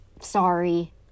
sorry